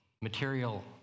material